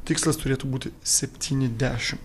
tikslas turėtų būti septyni dešimt